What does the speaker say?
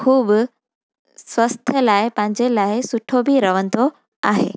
ख़ूबु स्वास्थ लाइ पंहिंजे लाइ सुठो बि रहंदो आहे